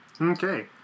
Okay